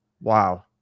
Wow